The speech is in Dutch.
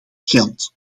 geld